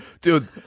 dude